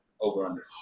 over-under